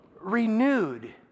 renewed